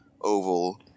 oval